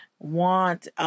want